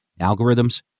algorithms